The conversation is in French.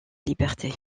liberté